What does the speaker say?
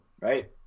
right